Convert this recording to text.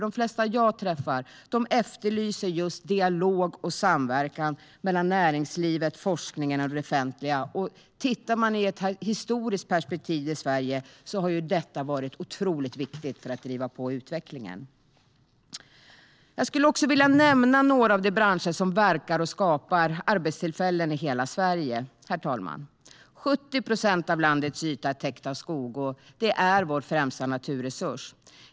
De flesta jag träffar efterlyser nämligen just dialog och samverkan mellan näringslivet, forskningen och det offentliga. Tittar man på detta i ett historiskt perspektiv i Sverige ser man också att det har varit otroligt viktigt för att driva på utvecklingen. Herr talman! Jag skulle vilja nämna några av de branscher som verkar och skapar arbetstillfällen i hela Sverige. 70 procent av landets yta är täckt av skog. Det är vår främsta naturresurs.